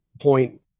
point